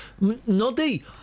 Noddy